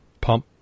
pump